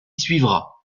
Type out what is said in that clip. suivra